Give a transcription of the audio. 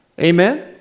Amen